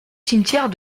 cimetière